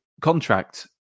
contract